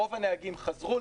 רוב הנהגים חזרו,